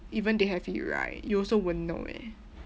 even they have it right you also won't know eh